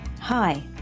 Hi